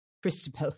Christabel